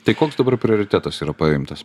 tai koks dabar prioritetas yra paimtas